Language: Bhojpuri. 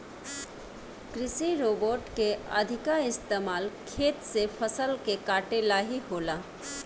कृषि रोबोट के अधिका इस्तमाल खेत से फसल के काटे ला ही होला